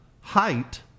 height